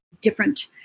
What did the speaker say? different